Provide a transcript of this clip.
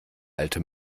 alte